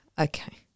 Okay